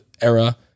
era